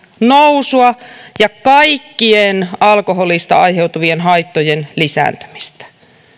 nousua ja kaikkien alkoholista aiheutuvien haittojen lisääntymistä